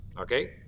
Okay